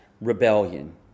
rebellion